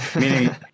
meaning